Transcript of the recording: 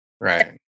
Right